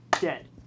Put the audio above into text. dead